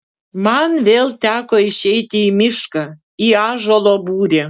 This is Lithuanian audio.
man vėl teko išeiti į mišką į ąžuolo būrį